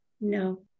no